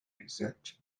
research